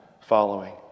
following